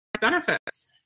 benefits